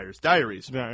Diaries